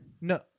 No